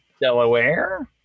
Delaware